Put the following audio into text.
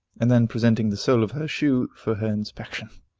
and then presenting the sole of her shoe for her inspection.